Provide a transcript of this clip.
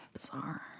Bizarre